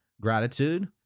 Gratitude